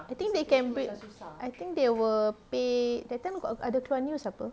I think they can break I think they will pay that time got ada keluar news apa